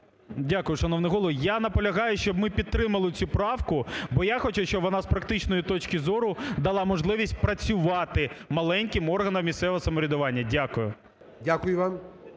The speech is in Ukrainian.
Дякую, шановний Голово. Я наполягаю, щоб ми підтримали цю правку, бо я хочу, щоб вона з практичної точки зору дала можливість працювати маленьким органам місцевого самоврядування. Дякую. ГОЛОВУЮЧИЙ.